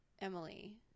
Emily